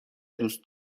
دوست